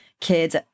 kids